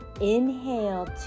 Inhale